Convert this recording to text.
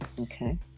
Okay